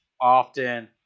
often